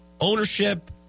ownership